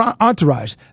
entourage